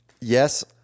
Yes